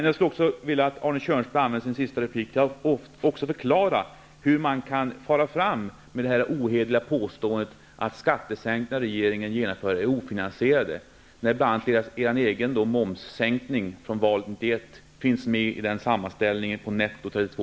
Jag skulle vilja att Arne Kjörnsberg använde sin sista replik till att förklara hur man kan fara fram med det ohederliga påståendet att de skattesänkningar som regeringen genomför är ofinansierade, när bl.a. er egen momssänkning från valet 91 finns med i sammanställningen på netto 32